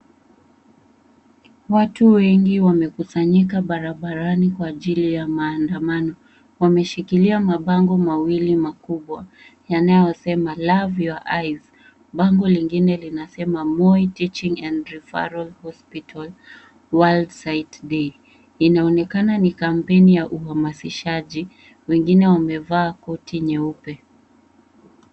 Watu wengi wamekusanyika barabarani kwa ajili ya maandamano. Wameshikilia mabango menfi makubwa yanayosema love your eyes . Bango lingine linasema Moi Teaching and Referral Hospital . Inaonekana ni kampeni ya uhamasishaji. Wengine wamevaa koti nyeupe.